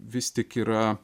vis tik yra